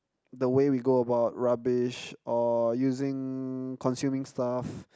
the way we go about rubbish or using consuming stuff